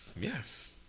Yes